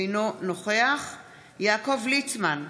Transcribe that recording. אינו נוכח יעקב ליצמן,